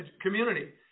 community